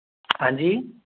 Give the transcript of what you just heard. हाँ जी